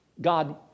God